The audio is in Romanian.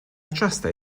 aceasta